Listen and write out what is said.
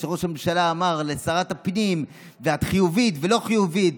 וראש הממשלה אמר לשרת הפנים: את חיובית ולא חיובית,